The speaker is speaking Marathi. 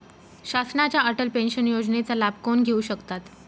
शासनाच्या अटल पेन्शन योजनेचा लाभ कोण घेऊ शकतात?